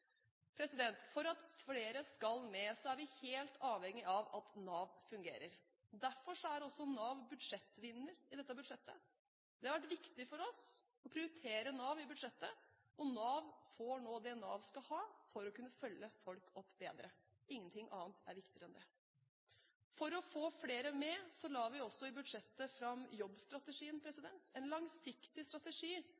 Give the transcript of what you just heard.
For at flere skal med, er vi helt avhengig av at Nav fungerer. Derfor er også Nav budsjettvinner i dette budsjettet. Det har vært viktig for oss å prioritere Nav i budsjettet. Nav får nå det Nav skal ha for å kunne følge folk opp bedre. Ingenting annet er viktigere enn det. For å få flere med la vi også i budsjettet fram jobbstrategien,